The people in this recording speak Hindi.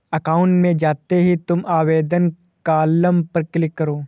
अकाउंट में जाते ही तुम आवेदन कॉलम पर क्लिक करो